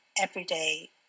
everyday